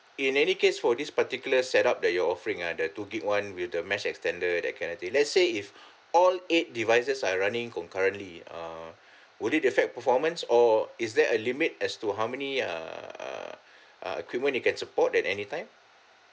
in any case for this particular set up that you're offering ah the two gigabyte [one] with the mesh extender that kind of thing let's say if all eight devices are running concurrently uh would it affect performance or is there a limit as to how many err err uh equipment it can support at any time